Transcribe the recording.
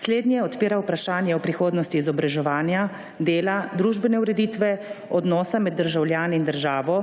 Slednje odpira vprašanje o prihodnosti izobraževanja, dela, družbene ureditve, odnosa med državljani in državo,